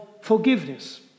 forgiveness